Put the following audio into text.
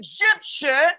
Egyptian